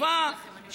טובה,